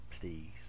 please